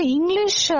English